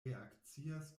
reakcias